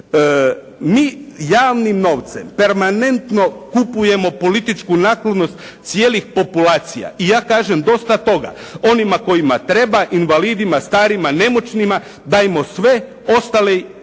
Mi javnim novcem permanentno kupujemo političku naklonost cijelih populacija i ja kažem dosta toga. Onima kojima treba, invalidima, starima, nemoćnima, dajmo sve ostali neka